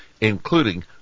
including